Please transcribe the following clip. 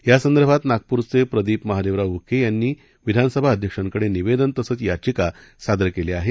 या संदर्भात नागपूरचे प्रदिप महादेवराव उके यांनी विधानसभा अध्यक्षांकडे निवेदन तसंच याचिका सादर केली आहे